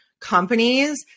companies